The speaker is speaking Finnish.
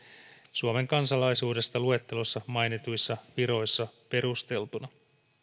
suomen kansalaisuudesta luettelossa mainituissa viroissa perusteltuna